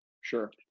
Sure